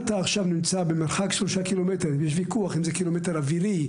נמצא במרחק של שלושה קילומטר ויש ויכוח אם זה קילומטר אווירי,